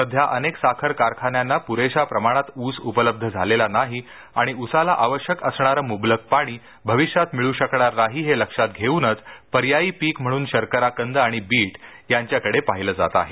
सध्या अनेक साखर कारखान्यांना पुरेशा प्रमाणात ऊस उपलब्ध झालेला नाही आणि उसाला आवश्यक असणारे मुबलक पाणी भविष्यात मिळू शकणार नाही हे लक्षात घेऊनच पर्यायी पीक म्हणून शर्कराकंद आणि बिट याकडे पाहिलं जात आहे